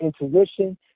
intuition